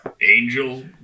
Angel